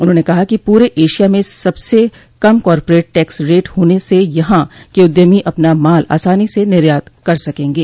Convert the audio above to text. उन्होंने कहा कि पूरे एशिया में सबसे कम कॉरपोरेट टैक्स रेट होने से यहां के उद्यमी अपना माल आसानी से निर्यात कर सकेंगे